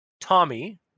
Tommy